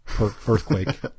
earthquake